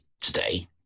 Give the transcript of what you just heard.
today